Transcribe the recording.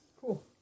Cool